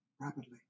rapidly